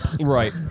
Right